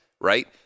right